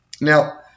Now